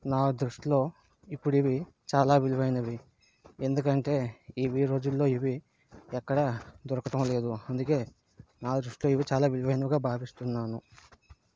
నా దృష్టిలో ఇప్పుడు ఇవి చాలా విలువైనవి ఎందుకంటే ఇవి ఈ రోజుల్లో ఇవి ఎక్కడా దొరకడం లేదు అందుకే నా దృష్టిలో ఇవి చాలా విలువైనవిగా భావిస్తున్నాను